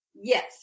Yes